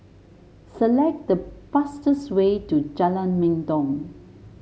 select the fastest way to Jalan Mendong